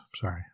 sorry